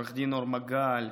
עו"ד אור מגל,